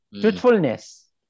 Truthfulness